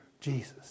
Jesus